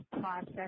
process